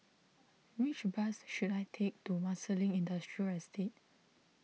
which bus should I take to Marsiling Industrial Estate